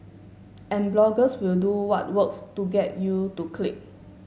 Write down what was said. and bloggers will do what works to get you to click